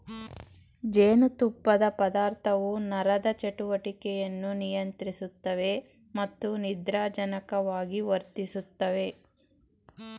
ಜೇನುತುಪ್ಪದ ಪದಾರ್ಥವು ನರದ ಚಟುವಟಿಕೆಯನ್ನು ನಿಯಂತ್ರಿಸುತ್ತವೆ ಮತ್ತು ನಿದ್ರಾಜನಕವಾಗಿ ವರ್ತಿಸ್ತವೆ